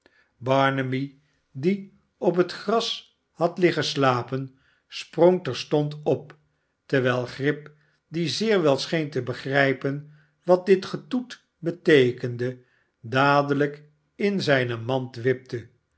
barnaby die op het gras had liggen slapen sprong terstond op terwijl grip die zeer wel scheen te begrijpen wat dit getoet betee kende dadelijk in zijne mand wipte